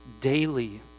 daily